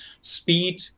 speed